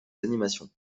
animations